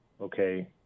okay